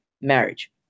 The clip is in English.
marriage